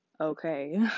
okay